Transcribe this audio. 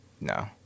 No